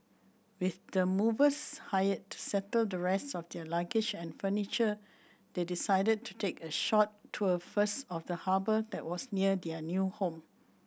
with the movers hired to settle the rest of their luggage and furniture they decided to take a short tour first of the harbour that was near their new home